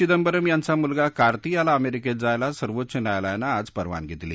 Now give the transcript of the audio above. चिंदबरम यांचा मुलगा कार्ती याला अमेरिकेत जायला सर्वोच्च न्यायालयानं आज परवानगी दिली